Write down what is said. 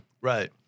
Right